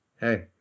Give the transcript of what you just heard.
Hey